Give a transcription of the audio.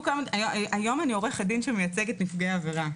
היום אני עורכת דין שמייצגת נפגעי עבירה.